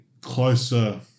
closer